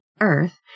Earth